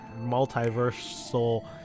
multiversal